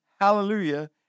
hallelujah